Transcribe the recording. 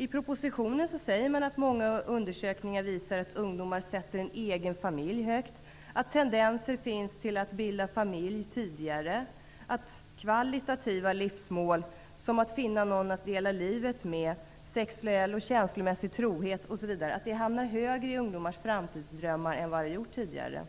I propositionen anförs att många undersökningar visar att ungdomar sätter en egen familj högt, att tendenser finns till att man bildar familj tidigare och att ''kvalitativa livsmål'' som att finna någon att dela livet med, sexuell och känslomässig trohet osv. hamnar högre i ungdomars framtidsdrömmar än tidigare.